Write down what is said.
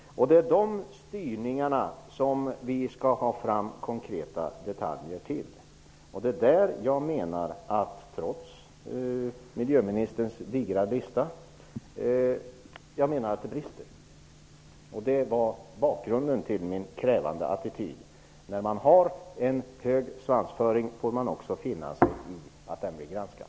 Det är till dessa styrningar vi skall ha fram konkreta detaljer. Det är där jag menar att det brister, trots miljöministerns digra lista. Detta var bakgrunden till min attityd. När man har en hög svansföring får man också finna sig i att bli granskad.